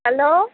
hello